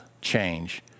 change